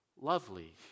lovely